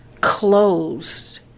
closed